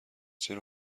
چرا